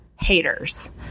haters